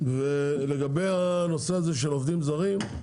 לגבי הנושא הזה של עובדים זרים,